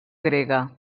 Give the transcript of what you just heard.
grega